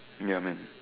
ya man